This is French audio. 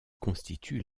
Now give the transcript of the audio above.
constituent